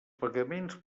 pagaments